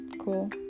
cool